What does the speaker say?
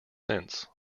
since